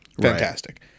fantastic